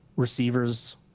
receivers